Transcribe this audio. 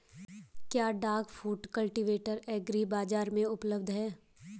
क्या duck foot cultivator agri बाज़ार में उपलब्ध है?